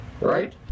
right